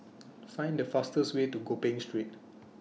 Find The fastest Way to Gopeng Street